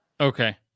Okay